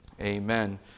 Amen